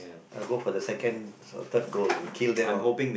go for the second or third goal and kill them off